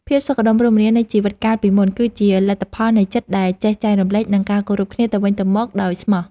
ភាពសុខដុមរមនានៃជីវិតកាលពីមុន គឺជាលទ្ធផលនៃចិត្តដែលចេះចែករំលែក និងការគោរពគ្នាទៅវិញទៅមកដោយស្មោះ។